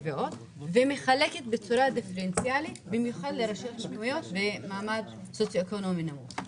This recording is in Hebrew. ומחלקת בצורה דיפרנציאלית במיוחד לרשויות במעמד סוציו-אקונומי נמוך.